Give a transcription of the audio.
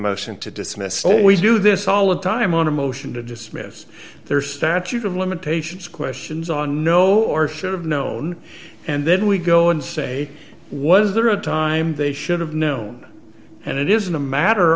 motion to dismiss so we do this all the time on a motion to dismiss their statute of limitations questions on know or should've known and then we go and say was there a time they should have known and it isn't a matter